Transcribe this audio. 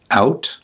out